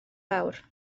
fawr